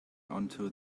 onto